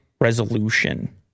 resolution